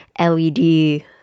LED